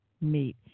meet